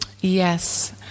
Yes